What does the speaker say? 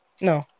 No